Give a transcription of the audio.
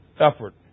effort